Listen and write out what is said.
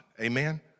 amen